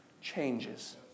changes